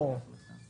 לימור, את איתי, כן?